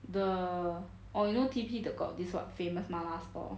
the orh you know T_P the got this what famous 麻辣 store